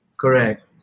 correct